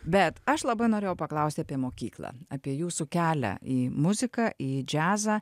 bet aš labai norėjau paklausti apie mokyklą apie jūsų kelią į muziką į džiazą